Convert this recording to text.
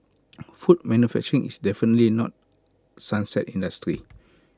food manufacturing is definitely not sunset industry